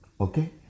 Okay